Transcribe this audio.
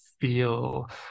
feel